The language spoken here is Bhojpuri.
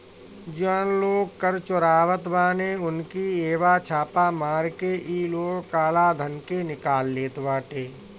जवन लोग कर चोरावत बाने उनकी इहवा छापा मार के इ लोग काला धन के निकाल लेत बाटे